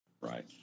right